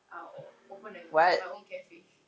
I'll open my own cafe